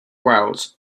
wells